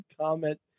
comment